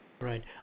Right